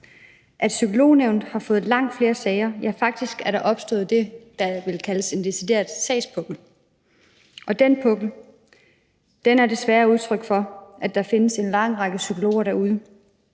Psykolognævnet har fået langt flere sager. Der er faktisk opstået det, der vel kaldes en decideret sagspukkel, og den pukkel er desværre udtryk for, at der findes en lang række psykologer derude,